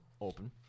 open